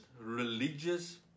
religious